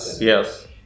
Yes